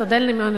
עוד אין מכרז,